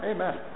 Amen